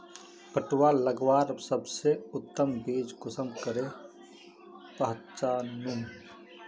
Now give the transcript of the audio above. पटुआ लगवार सबसे उत्तम बीज कुंसम करे पहचानूम?